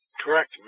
Correct